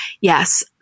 Yes